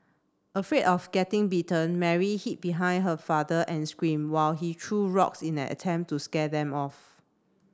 afraid of getting bitten Mary hid behind her father and screamed while he threw rocks in an attempt to scare them off